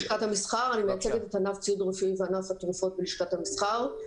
המסחר ואני מייצגת את ענף הציוד הרפואי וענף התרופות בלשכת המסחר.